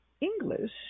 English